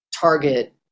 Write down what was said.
target